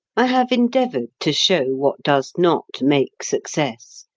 i have endeavoured to show what does not make success.